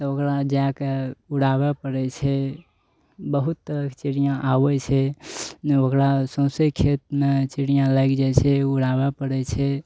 तऽ ओकरा जाके उड़ाबऽ पड़ै छै बहुत तरहके चिड़िआ आबै छै ओकरा सऔसे खेतमे चिड़िआ लागि जाइ छै उड़ाबऽ पड़ै छै